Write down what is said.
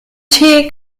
tee